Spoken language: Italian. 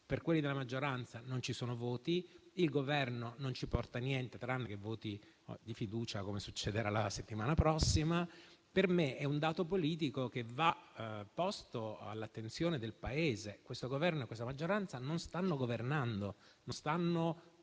per quelli della maggioranza non ci sono voti; il Governo non ci porta niente, tranne voti di fiducia, come succederà la settimana prossima. Per me è un dato politico che va posto all'attenzione del Paese: questo Governo e questa maggioranza non stanno governando e non stanno